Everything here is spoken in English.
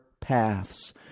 paths